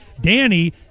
Danny